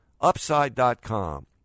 Upside.com